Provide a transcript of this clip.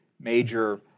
major